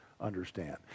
understand